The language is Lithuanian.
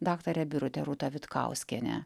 daktare birute rūta vitkauskiene